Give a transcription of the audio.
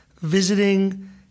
visiting